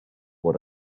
what